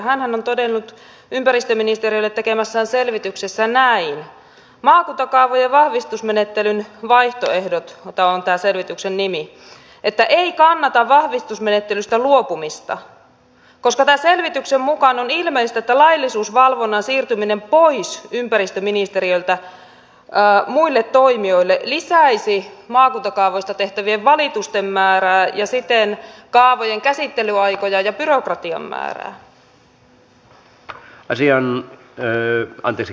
hänhän on todennut ympäristöministeriölle tekemässään selvityksessä maakuntakaavojen vahvistusmenettelyn vaihtoehdot tämä on tämän selvityksen nimi että ei kannata vahvistusmenettelystä luopumista koska tämän selvityksen mukaan on ilmeistä että laillisuusvalvonnan siirtyminen pois ympäristöministeriöltä muille toimijoille lisäisi maakuntakaavoista tehtävien valitusten määrää ja siten kaavojen käsittelyaikoja ja byrokratian määrää